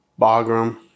Bagram